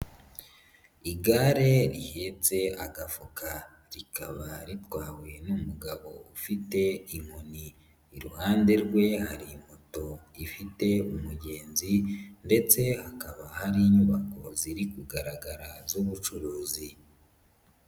Igare rihetse agafuka rikaba ritwawe n'umugabo ufite inkoni iruhande rwe, hari moto ifite umugenzi ndetse hakaba hari inyubako ziri kugaragara z'ubucuruzi.